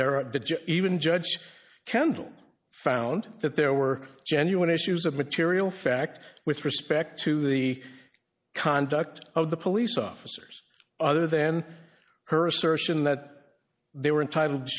there are even judge kendall found that there were genuine issues of material fact with respect to the conduct of the police officers other than her assertion that they were entitled to